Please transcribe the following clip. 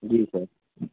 जी sir